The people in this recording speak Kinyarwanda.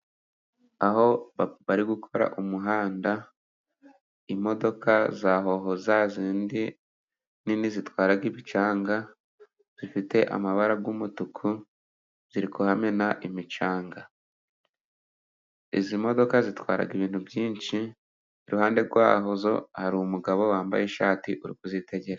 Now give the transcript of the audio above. Aho bari gukora umuhanda imodoka zahoho zazindi nini zitwara imicanga zifite amabara y'umutuku ziri kuhamena imicanga, izi modoka zitwara ibintu byinshi iruhande rwazo hari umugabo uri kuzitegera.